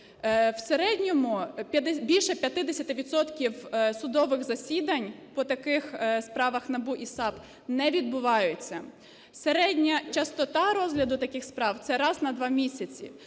в середньому більше 50 відсотків судових засідань по таких справах НАБУ і САП не відбуваються. Середня частота розгляду таких справ – це раз на два місяці.